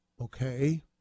okay